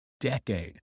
decade